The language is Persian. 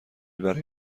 برای